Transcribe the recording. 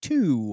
Two